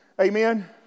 Amen